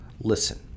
listen